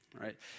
Right